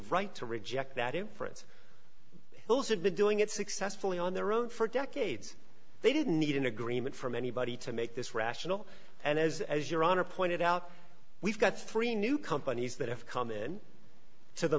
right to reject that inference those had been doing it successfully on their own for decades they didn't need an agreement from anybody to make this rational and as as your honor pointed out we've got three new companies that have come in to the